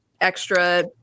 extra